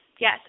yes